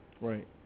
right